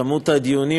כמה הדיונים,